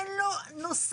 אין לו נושא,